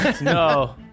No